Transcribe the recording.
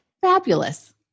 Fabulous